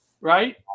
right